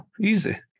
easy